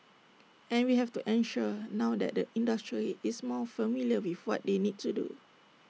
and we have to ensure now that the industry is more familiar with what they need to do